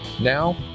Now